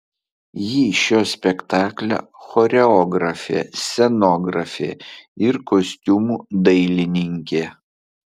ji šio spektaklio choreografė scenografė ir kostiumų dailininkė